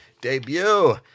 debut